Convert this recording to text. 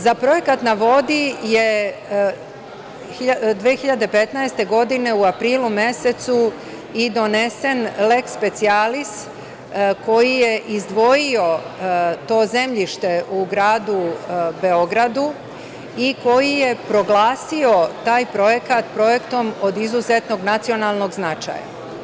Za projekat na vodi je 2015. godine u aprilu mesecu i donesen leks specijalis koji je izdvojio to zemljište u gradu Beogradu i koji je proglasio taj projekat projektom od izuzetnog nacionalnog značaja.